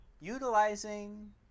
utilizing